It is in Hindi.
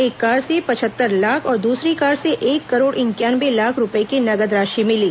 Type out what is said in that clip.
एक कार से पचहत्तर लाख और दूसरी कार से एक करोड़ इंक्यानवे लाख रूपए की नगद राशि मिली